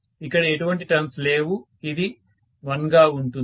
ఇక్కడ ఎటువంటి టర్న్ లేవు ఇది 1 గా ఉంటుంది